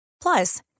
Plus